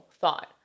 thought